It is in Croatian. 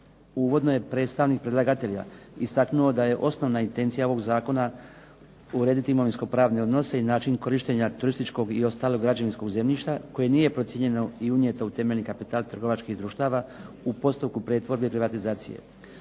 Uvodno je predstavnik predlagatelja istaknuo da je osnovna intencija ovog zakona urediti imovinsko-pravne odnose i način korištenja turističkog i ostalog građevinskog zemljišta koje nije procijenjeno i unijeto u temeljni kapital trgovačkih društava u postupku pretvorbe i privatizacije.